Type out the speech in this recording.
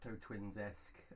Twins-esque